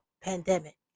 pandemic